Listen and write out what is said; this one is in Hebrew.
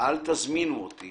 אל תזמינו אותי